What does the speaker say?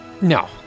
No